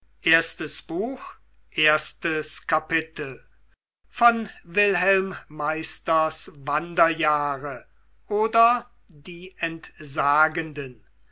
wolfgang goethe wilhelm meisters wanderjahre oder die entsagenden